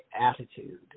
attitude